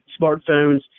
smartphones